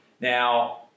now